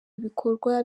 ibikorwa